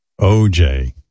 OJ